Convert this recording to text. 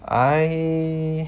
I